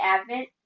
Advent